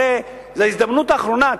הרי זו ההזדמנות האחרונה.